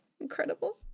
Incredible